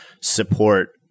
support